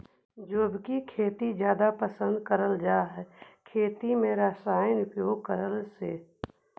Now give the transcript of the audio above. जैविक खेती जादा पसंद करल जा हे खेती में रसायन उपयोग करे से